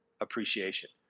appreciation